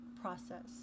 process